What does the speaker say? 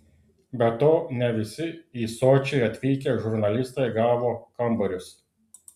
be to ne visi į sočį atvykę žurnalistai gavo kambarius